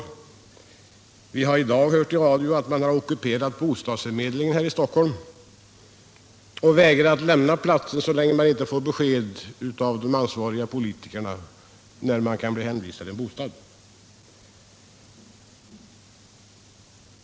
Jag hörde på radion i dag att man hade ockuperat en bostadsförmedling här i Stockholm och vägrat att lämna platsen förrän man fått löfte av de ansvariga politikerna om när man kan bli anvisad en bostad.